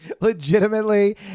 legitimately